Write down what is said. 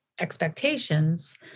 expectations